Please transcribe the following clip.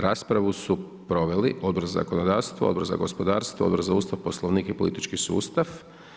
Raspravu su proveli Odbor za zakonodavstvo, Odbor za gospodarstvo, Odbor za Ustav, Poslovnik i politički sustav.